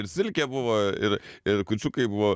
ir silkė buvo ir ir kūčiukai buvo